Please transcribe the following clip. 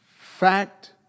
fact